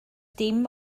dim